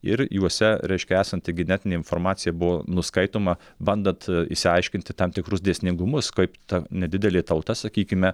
ir juose reiškia esanti genetinė informacija buvo nuskaitoma bandant išsiaiškinti tam tikrus dėsningumus kaip ta nedidelė tauta sakykime